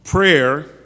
Prayer